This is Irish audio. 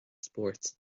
spóirt